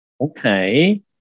okay